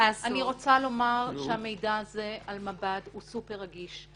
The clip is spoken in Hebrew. אני רוצה לומר שהמידע הזה על מב"ד הוא סופר רגיש,